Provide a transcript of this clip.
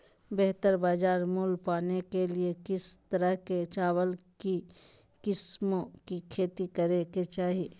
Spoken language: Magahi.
बेहतर बाजार मूल्य पाने के लिए किस तरह की चावल की किस्मों की खेती करे के चाहि?